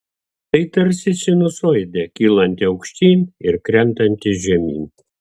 tai tarsi sinusoidė kylanti aukštyn ir krentanti žemyn